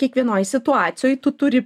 kiekvienoj situacijoj tu turi